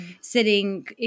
sitting